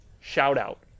shout-out